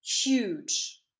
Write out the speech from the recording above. huge